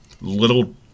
little